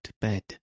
bed